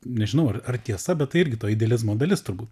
nežinau ar ar tiesa bet tai irgi to idealizmo dalis turbūt